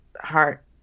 heart